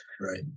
Right